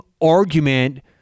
argument